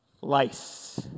lice